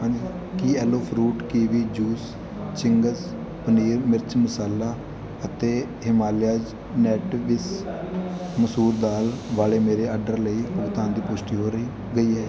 ਹਾਂਜੀ ਕੀ aloe fruit kiwi juice Ching's paneer ਮਿਰਚ ਮਸਾਲਾ ਅਤੇ ਹਿਮਾਲੀਆਸ ਨੇਟਿਵਸ ਮਸੂਰ ਦਾਲ ਵਾਲੇ ਮੇਰੇ ਆਰਡਰ ਲਈ ਭੁਗਤਾਨ ਦੀ ਪੁਸ਼ਟੀ ਹੋ ਰਹੀ ਗਈ ਹੈ